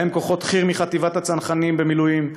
ובהם כוחות חי"ר מחטיבת הצנחנים במילואים,